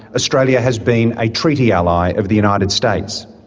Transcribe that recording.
australia has been a treaty ally of the united states.